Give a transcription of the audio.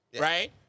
right